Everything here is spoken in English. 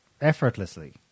Effortlessly